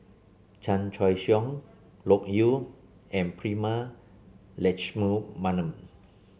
Chan Choy Siong Loke Yew and Prema Letchumanan